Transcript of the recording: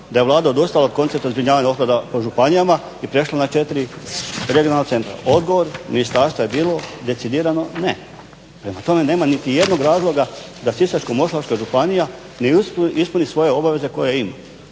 da je Vlada odustala od koncepta zbrinjavanja otpada po županijama i prešla na 4 regionalna centra? Odgovor ministarstva je bilo decidirano ne. Prema tome, nema nitijednog razloga da Sisačko-moslavačka županija ne ispuni svoje obaveze koje ima.